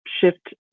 shift